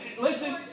listen